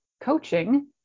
coaching